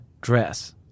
dress